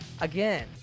Again